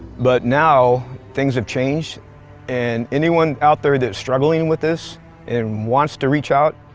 but now things have changed and anyone out there that's struggling with this and wants to reach out,